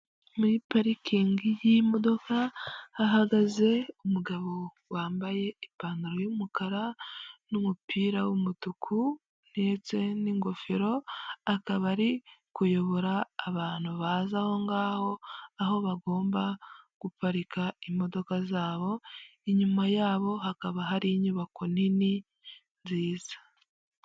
Muri parikingi y'imodoka, hahagaze umugabo wambaye ipantaro y'umukara, n'umupira w'umutuku, ndetse n'ingofero, akaba ari kuyobora abantu baza aho ngaho, aho bagomba guparika imodoka z'abo, inyuma y'abo hakaba hari inyubako nini nziza.